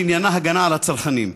שעניינה הגנה על הצרכנים.